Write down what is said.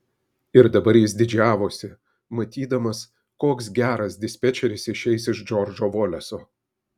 ir dabar jis didžiavosi matydamas koks geras dispečeris išeis iš džordžo voleso